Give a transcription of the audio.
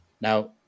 Now